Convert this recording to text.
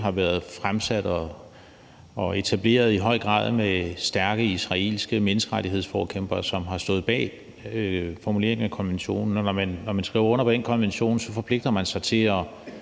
er blevet fremsat og etableret af stærke israelske menneskerettighedsforkæmpere, som har stået bag formuleringen af konventionen. Og når man skriver under på den konvention, forpligter man sig til at